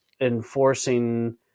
enforcing